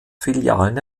filialen